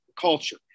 culture